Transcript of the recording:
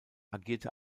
agierte